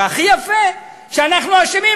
והכי יפה, שאנחנו אשמים.